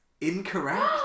incorrect